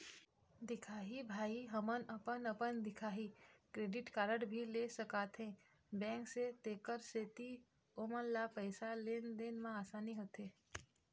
दिखाही भाई हमन अपन अपन दिखाही क्रेडिट कारड भी ले सकाथे बैंक से तेकर सेंथी ओमन ला पैसा लेन देन मा आसानी होथे?